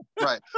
Right